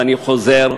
ואני חוזר,